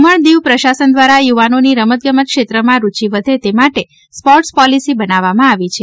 દમણ દીવ પ્રશાસન દ્રારા યુવાનોની રમત ગમત ક્ષૈત્રેમાં રૂચિ વધે તે માટે સ્પોટર્સ પોલિસી બનાવામાં આવી છે